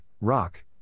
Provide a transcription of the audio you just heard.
Rock